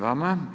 vama.